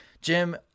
Jim